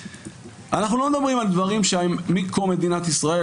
אנחנו לא מדברים על דברים שהם מקום מדינת ישראל.